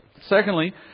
Secondly